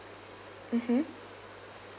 mmhmm